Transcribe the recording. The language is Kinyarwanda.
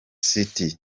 city